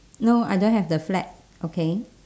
no I don't have the flat okay